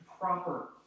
proper